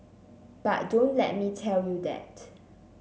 but don't let me tell you that